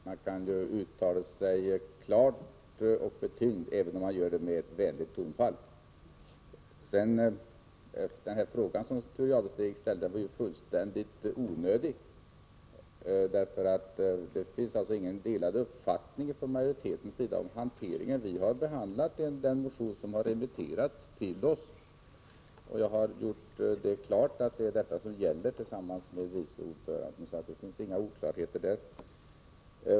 Herr talman! Man kan ju uttala sig klart och med tyngd även om man gör det med ett vänligt tonfall. Frågan som Thure Jadestig ställde var fullständigt onödig. Det finns inom majoriteten inte några delade uppfattningar om hanteringen. Vi har behandlat den motion som har remitterats till oss. Jag har tillsammans med vice ordföranden gjort klart att detta är vad som gäller. På den punkten finns inga oklarheter.